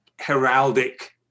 heraldic